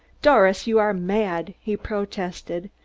doris, you are mad! he protested.